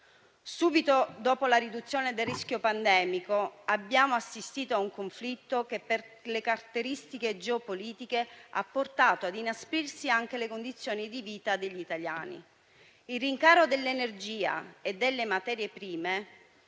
Subito dopo la riduzione del rischio pandemico, abbiamo assistito a un conflitto che, per le caratteristiche geopolitiche, ha portato ad inasprire anche le condizioni di vita degli italiani. Il rincaro dell'energia e delle materie prime